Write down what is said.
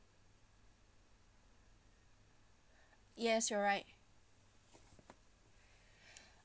yes you're right